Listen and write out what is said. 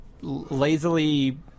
lazily